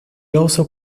also